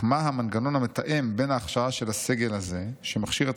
אך מה המנגנון המתאם בין ההכשרה של הסגל הזה שמכשיר את